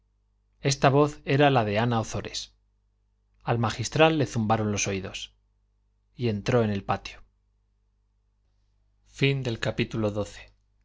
esta voz era la de ana ozores al magistral le zumbaron los oídos y entró en el patio el sol